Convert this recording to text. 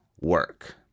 work